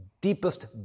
deepest